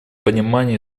понимание